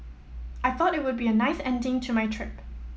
I thought it would be a nice ending to my trip